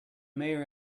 mayor